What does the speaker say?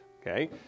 Okay